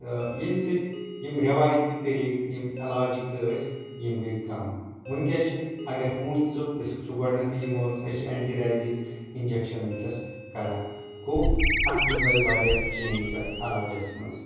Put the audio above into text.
ییٚمہِ سۭتۍ یِم رٮ۪وایتی طٔریٖقہٕ یِم علاجِک ٲسۍ یِم گٔیے کم ؤنکیٚس چھِ اگر ہوٗنۍ ژوٚپ أسۍ وٕچھو گۄڈٕنٮ۪تھٕے یہِ ما أسۍ چھِ اٮ۪نٹہِ ریبیٖز انجکشن ؤنکیٚس کران گوٚو اتھ منٛز آیہِ واریاہ چینج اتھ علاجس منٛز